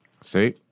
See